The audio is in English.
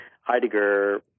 Heidegger